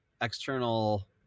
external